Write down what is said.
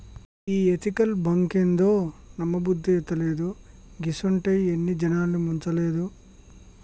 ఈ ఎతికల్ బాంకేందో, నమ్మబుద్దైతలేదు, గిసుంటియి ఎన్ని జనాల్ని ముంచలేదు